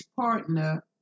partner